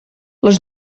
les